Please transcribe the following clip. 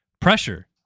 pressure